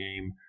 game